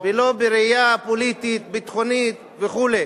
ולא בראייה פוליטית, ביטחונית וכו'.